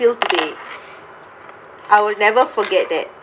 till today I will never forget that